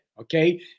Okay